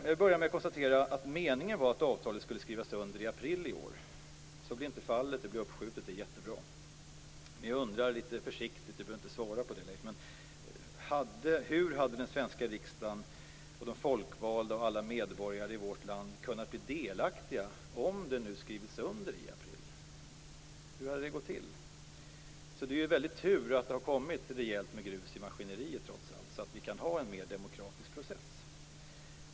Jag börjar med att konstatera att meningen var att avtalet skulle skrivas under i april i år. Så blir inte fallet. Det blir förskjutet, och det är jättebra. Jag har en liten försiktig undran som Leif Pagrotsky inte behöver svara på. Hur hade den svenska riksdagen, de folkvalda och alla medborgare i vårt land kunnat bli delaktiga om avtalet nu skrivits under i april? Hur hade det gått till? Det är ju en väldig tur att det har kommit rejält med grus i maskineriet trots allt, så att vi kan ha en mer demokratisk process.